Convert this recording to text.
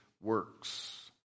works